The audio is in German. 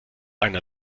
einer